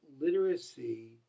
literacy